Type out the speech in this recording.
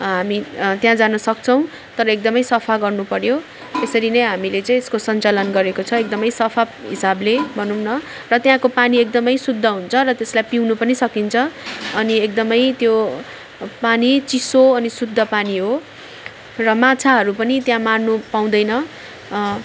हामी त्यहाँ जान सक्छौँ तर एकदम सफा गर्नु पर्यो त्यसरी नै हामीले चाहिँ यसको सन्चालन गरेको छ एकदम सफा हिसाबले भनौँ न र त्यहाँको पानी एकदम शुद्ध हुन्छ र त्यसलाई पिउनु पनि सकिन्छ अनि एकदम त्यो पानी चिसो अनि शुद्ध पानी हो र माछाहरू पनि त्यहाँ मार्नु पाउँदैन